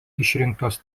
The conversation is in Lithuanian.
išrinktas